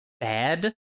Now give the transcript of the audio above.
bad